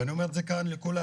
ואני אומר את זה כאן לכולנו,